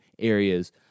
areas